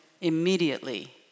immediately